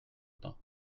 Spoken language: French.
temps